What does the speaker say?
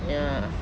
ya